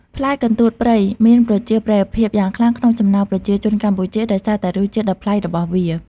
ផ្លែកន្ទួតព្រៃមានប្រជាប្រិយភាពយ៉ាងខ្លាំងក្នុងចំណោមប្រជាជនកម្ពុជាដោយសារតែរសជាតិដ៏ប្លែករបស់វា។